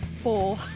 Four